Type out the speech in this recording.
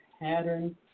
pattern